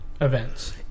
events